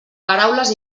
paraules